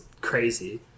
crazy